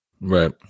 right